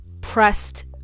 pressed